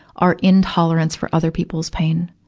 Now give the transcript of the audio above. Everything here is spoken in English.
our intolerance for other people's pain.